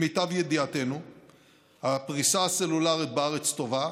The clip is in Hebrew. למיטב ידיעתנו הפריסה הסלולרית בארץ טובה,